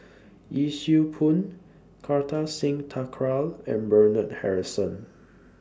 Yee Siew Pun Kartar Singh Thakral and Bernard Harrison